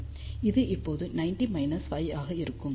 இது இப்போது 90 Φ ஆக இருக்கும்